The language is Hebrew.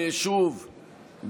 שוב,